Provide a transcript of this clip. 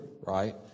right